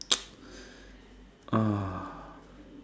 uh